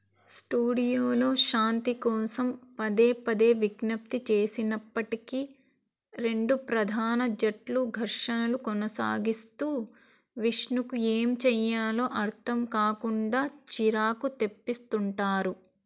స్టూడియోలో శాంతి కోసం పదేపదే విజ్ఞప్తి చేసినప్పటికీ రెండు ప్రధాన జట్లు ఘర్షణలు కొనసాగిస్తూ విష్ణుకు ఏమి చేయాలో అర్థం కాకుండా చిరాకు తెప్పిస్తుంటారు